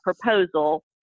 proposal